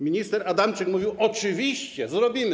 Minister Adamczyk mówił: oczywiście, zrobimy.